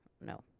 No